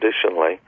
traditionally